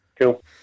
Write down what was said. Cool